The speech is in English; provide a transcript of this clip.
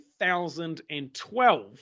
2012